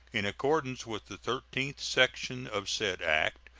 in accordance with the thirteenth section of said act,